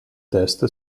test